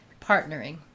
partnering